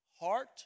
heart